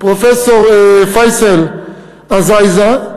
פרופסור פייסל עזאיזה.